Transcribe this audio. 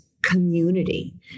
community